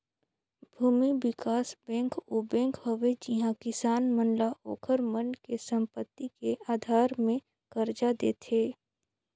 भूमि बिकास बेंक ओ बेंक हवे जिहां किसान मन ल ओखर मन के संपति के आधार मे करजा देथे